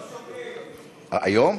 היום?